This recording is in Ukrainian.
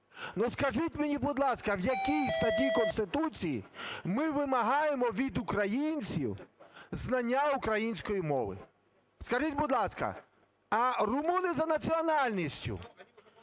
ну скажіть мені, будь ласка, в якій статті Конституції ми вимагаємо від українців знання української мови? Скажіть, будь ласка, а румуни за національністю,